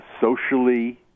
socially